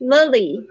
Lily